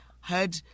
heard